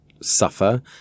suffer